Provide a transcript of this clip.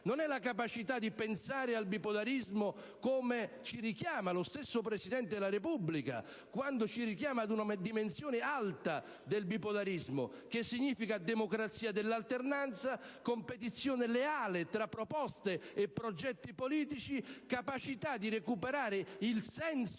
ossia la capacità di pensare al bipolarismo secondo il richiamo dello stesso Presidente della Repubblica, quando ci richiama ad una dimensione alta del bipolarismo, che significa democrazia dell'alternanza, competizione leale tra proposte e progetti politici, capacità di recuperare il senso